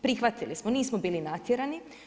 Prihvatili smo, nismo bili natjerani.